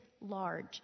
large